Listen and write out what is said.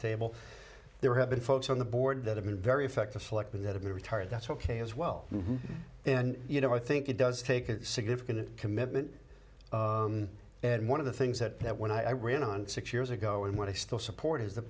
table there have been folks on the board that have been very effective selecting that have been retired that's ok as well and you know i think it does take a significant commitment and one of the things that that when i ran on six years ago and what i still support is the